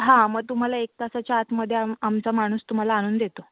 हा मग तुम्हाला एक तासाच्या आतमध्ये आम आमचा माणूस तुम्हाला आणून देतो